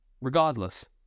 regardless